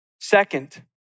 Second